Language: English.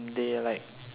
they like